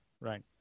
right